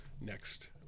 next